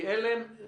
כי זה חירום.